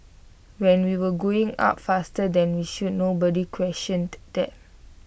when we were going up faster than we should nobody questioned that